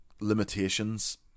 limitations